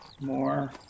More